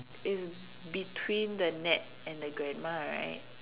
is between the net and the grandma right